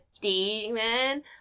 demon